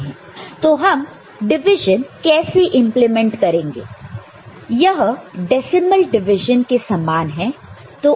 तो हम डिवीजन कैसे इंप्लीमेंट करेंगे यह डेसिमल डिविजन के समान है